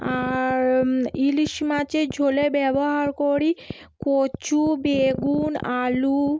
আর ইলিশ মাছের ঝোলে ব্যবহার করি কচু বেগুন আলু